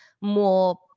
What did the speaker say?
more